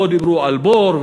פה דיברו על בור,